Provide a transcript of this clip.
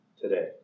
today